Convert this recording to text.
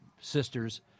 sisters